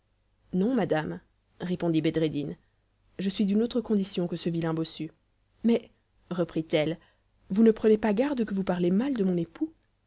non madame répondit bedreddin je suis d'une autre condition que ce vilain bossu mais reprit-elle vous ne prenez pas garde que vous parlez mal de mon époux